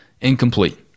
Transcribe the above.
Incomplete